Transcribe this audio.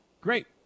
Great